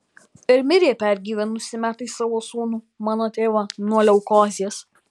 ir mirė pergyvenusi metais savo sūnų mano tėvą nuo leukozės